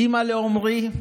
אימא לעומרי,